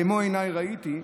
במו עיניי ראיתי,